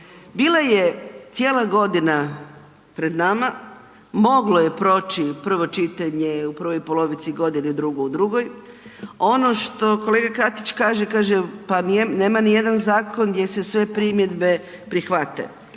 Bila je cijela godina pred nama, moglo je proći prvo čitanje u prvoj polovici godine, drugo u drugoj, ono što kolega Katić kaže, kaže pa nema nijedan zakon gdje se sve primjedbe prihvate.